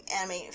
anime